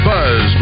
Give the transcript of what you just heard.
Buzz